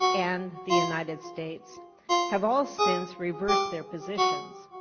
and the united states have all since reversed their positions.